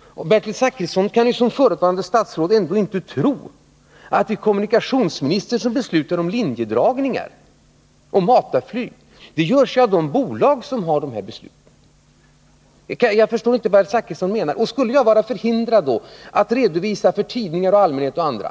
Och Bertil Zachrisson kan som förutvarande statsråd ändå inte tro att det är kommunikationsministern som beslutar om linjedragningar och matarflyg. Det görs av de bolag som har att fatta dessa beslut. Jag förstår inte vad herr Zachrisson menar. Skulle jag vara förhindrad att redovisa dessa saker för tidningar och allmänhet etc.?